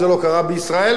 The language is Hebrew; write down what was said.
וזה לא קרה בישראל.